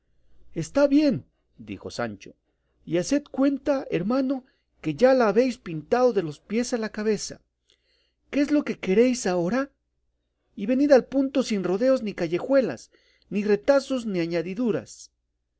está bien dijo sancho y haced cuenta hermano que ya la habéis pintado de los pies a la cabeza qué es lo que queréis ahora y venid al punto sin rodeos ni callejuelas ni retazos ni añadiduras